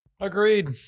Agreed